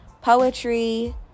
poetry